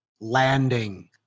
landing